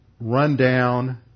rundown